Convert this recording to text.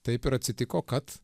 taip ir atsitiko kad